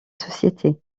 société